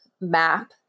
map